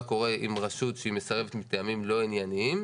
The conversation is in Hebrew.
קורה עם רשות שהיא מסרבת מטעמים לא ענייניים.